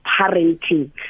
parenting